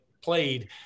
played